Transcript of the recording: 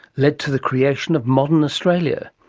led to the creation of modern australia,